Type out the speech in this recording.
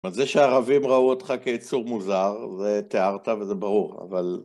זה שהערבים ראו אותך כיצור מוזר, זה תיארת וזה ברור, אבל...